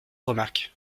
remarques